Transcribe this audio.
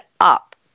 up